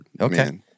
Okay